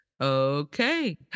okay